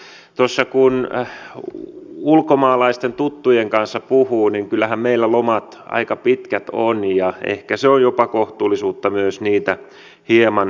tuossa kun ulkomaalaisten tuttujen kanssa puhuu niin kyllähän meillä lomat aika pitkät ovat ja ehkä on jopa kohtuullista myös niitä hieman lyhentää